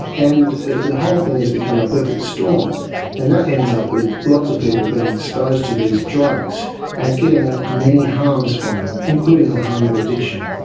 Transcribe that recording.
and the whole thing has become a perfect storm and that ends up with lots of people being exposed to these drugs and getting many harms from them including the harm of addiction.